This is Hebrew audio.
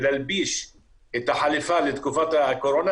ולהלביש את החליפה לתקופת הקורונה,